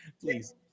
please